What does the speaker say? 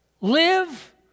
Live